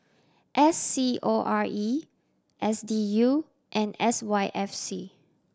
S C O R E S D U and S Y F C